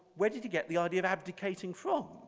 where did you get the idea of abdicating from?